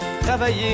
travailler